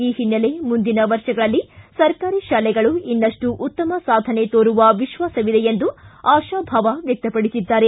ಈ ಹಿನ್ನೆಲೆ ಮುಂದಿನ ವರ್ಷಗಳಲ್ಲಿ ಸರ್ಕಾರಿ ಶಾಲೆಗಳು ಇನ್ನಷ್ಟು ಉತ್ತಮ ಸಾಧನೆ ತೋರುವ ವಿಶ್ವಾಸವಿದೆ ಎಂದು ಆಶಾಭಾವ ವ್ಯಕ್ತಪಡಿಸಿದ್ದಾರೆ